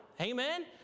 Amen